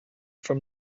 from